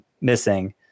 missing